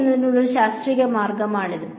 അത് ചെയ്യുന്നതിനുള്ള ഒരു ശാസ്ത്രീയ മാർഗമാണിത്